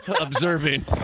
observing